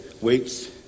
weeks